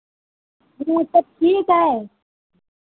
हाँ तब ठीक है